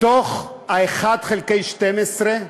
מתוך 1 חלקי 12,